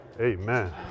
Amen